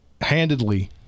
handedly